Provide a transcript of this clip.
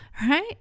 right